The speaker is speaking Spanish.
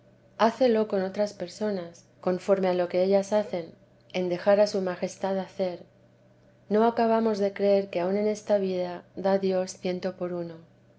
hácelo con otras personas conforme a lo que ellas hacen en dejar a su majestad hacer no acabamos de creer que aun en esta vida da dios ciento por uno